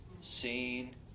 seen